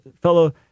fellow